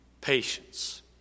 patience